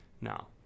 Now